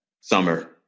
summer